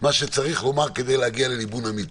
מה שצריך לומר כדי להגיע לליבון אמיתי,